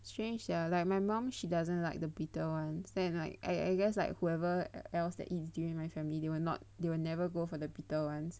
strange sia like my mom she doesn't like the bitter ones and I I guess like whoever else that eats during my family they will not they will never go for the bitter ones